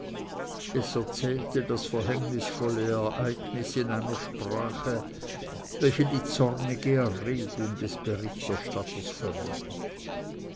es erzählte das verhängnisvolle ereignis in einer sprache welche die zornige erregung des berichterstatters verriet